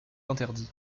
interdit